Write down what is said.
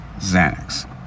Xanax